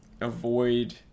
avoid